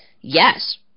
Yes